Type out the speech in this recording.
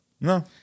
No